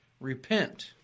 Repent